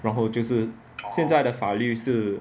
然后就是现在的法律是